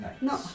No